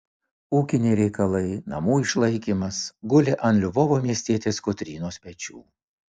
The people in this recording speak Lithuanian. ūkiniai reikalai namų išlaikymas gulė ant lvovo miestietės kotrynos pečių